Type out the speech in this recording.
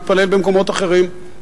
מתפלל במקומות אחרים,